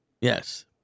Yes